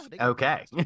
Okay